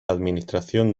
administración